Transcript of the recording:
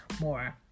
more